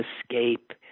escape